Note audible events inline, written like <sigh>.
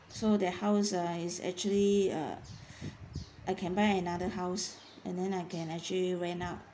so that house ah is actually uh <breath> I can buy another house and then I can actually rent out